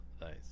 Nice